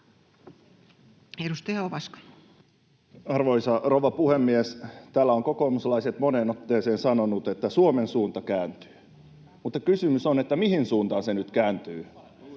Content: Arvoisa rouva puhemies! Täällä ovat kokoomuslaiset moneen otteeseen sanoneet, että Suomen suunta kääntyy. Mutta kysymys on siitä, mihin suuntaan se nyt kääntyy.